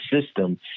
system